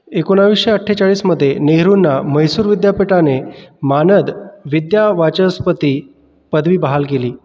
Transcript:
एकोणावीसशे अठ्ठेचाळीसमध्ये नेहरूंना म्हैसूर विद्यापीठाने मानद विद्यावाचस्पती पदवी बहाल केली